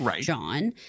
John